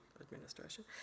administration